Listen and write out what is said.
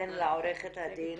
לעורכת הדין